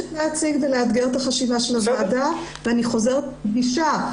מבקשת להציג ולאתגר את החשיבה של הוועדה ואני חוזרת ומדגישה,